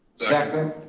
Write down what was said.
second.